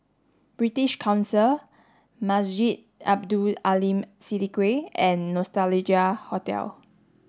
British Council Masjid Abdul Aleem Siddique and Nostalgia Hotel